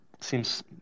seems